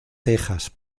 tejas